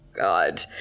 God